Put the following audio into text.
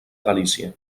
galícia